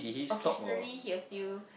occasionally he will still